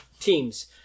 teams